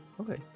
okay